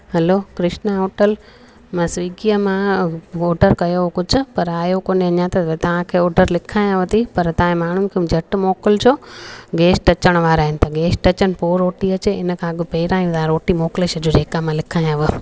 हलो Krishna hotel मां स्विगीअ मां ऑडर कयो कुझु पर आयो कोने अञा त तव्हांखे ऑडर लिखायांव थी पर तव्हांजे माण्हुनि खे झटि मोकिलिजो गैस्ट अचण वारा आहिनि त गैस्ट अचनि पोइ रोटी अचे हिन खां पहिरां ई तव्हां रोटी मोकिले छॾिजो जेका मां लिखायांव